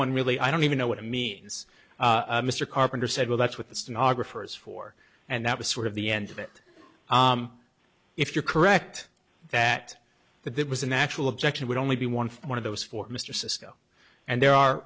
one really i don't even know what it means mr carpenter said well that's what the snog refers for and that was sort of the end of it if you're correct that that there was a natural objection would only be one one of those for mr cisco and there are